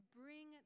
bring